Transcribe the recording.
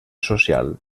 social